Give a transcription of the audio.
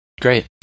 Great